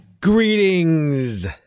Greetings